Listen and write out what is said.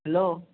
hello